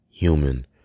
Human